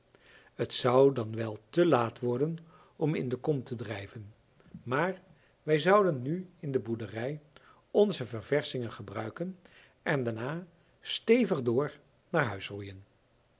het zou dan wel te laat worden om in de kom te drijven maar wij zouden nu in de boerderij onze ververschingen gebruiken en daarna stevig door naar